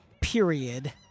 period